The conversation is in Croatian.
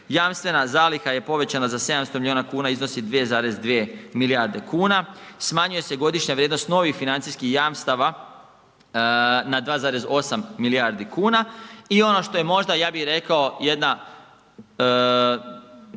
jamstvena zaliha je povećana za 700 milina kuna iznosi 2,2 milijarde kuna, smanjuje se godišnja vrijednost novih financijskih jamstava na 2,8 milijardi kuna i ono što je možda je bih rekao jedna